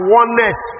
oneness